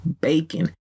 bacon